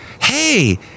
Hey